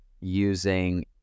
using